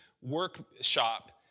workshop